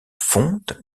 fonte